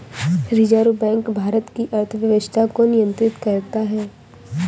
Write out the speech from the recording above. reserve bank Bharat की अर्थव्यवस्था को नियन्त्रित करता है